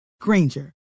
Granger